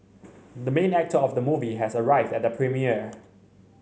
the main actor of the movie has arrived at the premiere